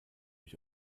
ich